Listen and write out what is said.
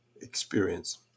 experience